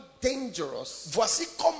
dangerous